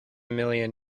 million